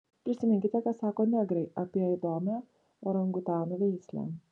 prisiminkite ką sako negrai apie įdomią orangutanų veislę